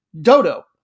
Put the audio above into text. Dodo